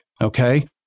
okay